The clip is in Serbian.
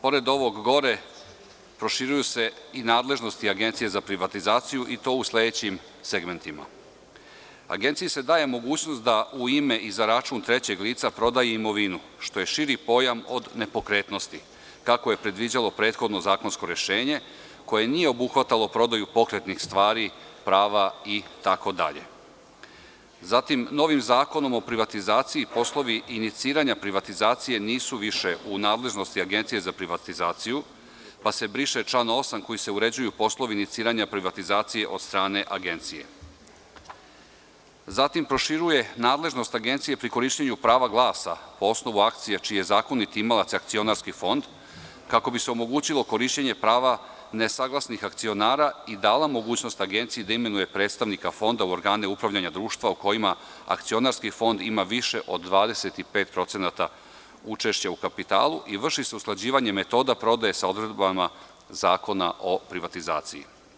Pored ovog gore, proširuju se i nadležnosti Agencije za privatizaciju i to u sledećim segmentima: Agenciji se daje mogućnost da u ime i za račun trećeg lica prodaje imovinu, što je širi pojam od nepokretnosti, kako je predviđalo prethodno zakonsko rešenje koje nije obuhvatalo prodaju pokretnih stvari, prava itd, zatim, novim Zakonom o privatizaciji poslovi iniciranja privatizacije nisu više u nadležnosti Agencije za privatizaciju, pa se briše član 8. kojim se uređuju poslovi iniciranja privatizacije od strane Agencije, zatim, proširuje nadležnost Agencije pri korišćenju prava glasa po osnovu akcija čiji je zakonit imalac Akcionarski fond, kako bi se omogućilo korišćenje prava nesaglasnih akcionara i dala mogućnost Agenciji da imenuje predstavnika Fonda u organe upravljanja društva u kojima Akcionarski fond ima više od 25% učešća u kapitalu i vrši se usklađivanje metoda prodaje sa odredbama Zakona o privatizaciji.